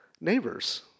neighbors